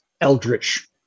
eldritch